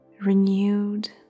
renewed